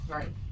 Right